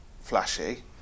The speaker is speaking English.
flashy